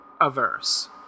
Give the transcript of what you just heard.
averse